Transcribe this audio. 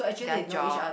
their job